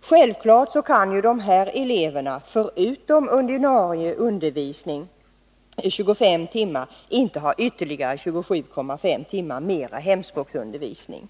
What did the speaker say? Självfallet kan emellertid dessa elever förutom ordinarie undervisning på 25 timmar per vecka inte ha ytterligare 27,5 timmar hemspråksundervisning.